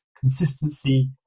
Consistency